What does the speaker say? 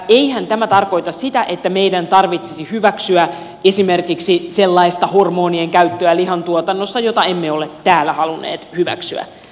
eihän tämä tarkoita sitä että meidän tarvitsisi hyväksyä esimerkiksi sellaista hormonien käyttöä lihantuotannossa jota emme ole täällä halunneet hyväksyä